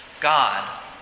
God